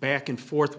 back and forth